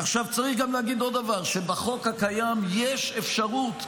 עכשיו צריך גם להגיד עוד דבר: בחוק הקיים יש אפשרות,